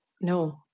no